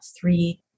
three